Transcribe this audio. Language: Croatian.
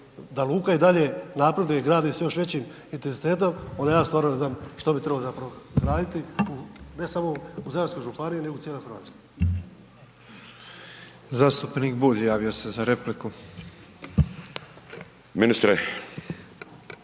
da luka i dalje napreduje i gradi se još većim intenzitetom, onda ja stvarno ne znam što bi trebalo zapravo raditi ne samo u Zadarskoj županiji nego u cijeloj Hrvatskoj. **Petrov, Božo (MOST)** Zastupnik Bulj javio se za repliku. **Bulj,